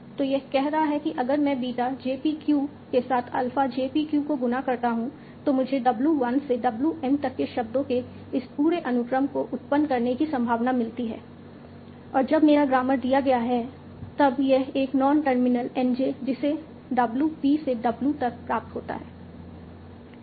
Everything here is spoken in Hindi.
तो यह कह रहा है कि अगर मैं बीटा j p q के साथ अल्फा j p q को गुणा करता हूं तो मुझे W 1 से W m तक के शब्दों के इस पूरे अनुक्रम को उत्पन्न करने की संभावना मिलती है और जब मेरा ग्रामर दिया गया है तब यह एक नॉन टर्मिनल N j जिससे W p से W तक प्राप्त होता है